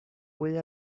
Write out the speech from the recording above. puede